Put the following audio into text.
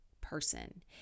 person